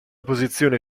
posizione